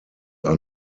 are